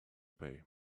pay